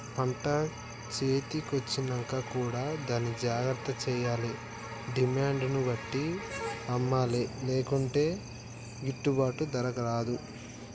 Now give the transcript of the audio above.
పంట చేతి కొచ్చినంక కూడా దాన్ని జాగ్రత్త చేయాలే డిమాండ్ ను బట్టి అమ్మలే లేకుంటే గిట్టుబాటు ధర రాదు